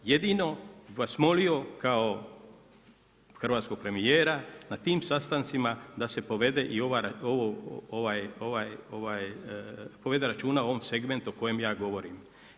Jedino bi vas molio kao hrvatskog premjera na tim sastancima da se povede i ovaj, povede računa o ovom segmentu o kojem ja govorim.